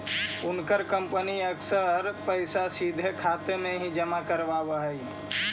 उनकर कंपनी अक्सर पैसे सीधा खाते में ही जमा करवाव हई